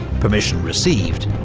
permission received,